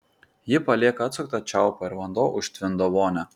ji palieka atsuktą čiaupą ir vanduo užtvindo vonią